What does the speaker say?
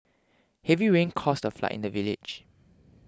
heavy rains caused a flood in the village